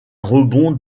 rebond